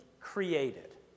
created